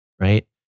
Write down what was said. right